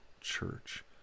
church